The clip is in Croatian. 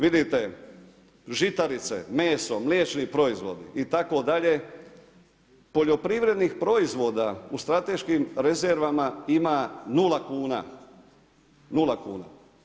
Vidite žitarice, meso, mliječni proizvodi itd. poljoprivrednih proizvoda u strateškim rezervama ima nula kuna.